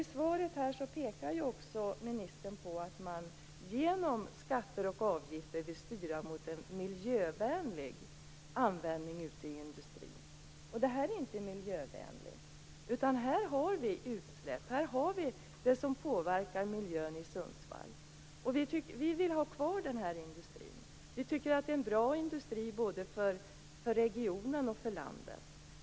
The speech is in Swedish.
I svaret pekar ju ministern på att man genom skatter och avgifter vill styra mot en miljövänlig användning ute i industrin. Men det här är inte miljövänligt. Här har vi utsläpp. Här har vi det som påverkar miljön i Sundsvall. Vi vill ha kvar den här industrin. Vi tycker att det är en bra industri både för regionen och för landet.